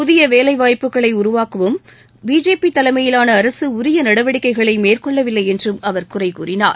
புதிய வேலைவாய்ப்புக்களை உருவாக்கவும் பிஜேபி தலைமையிலான அரசு உரிய நடவடிக்கைகளை மேற்கொள்ளவில்லை என்றும் அவர் குறை கூறினார்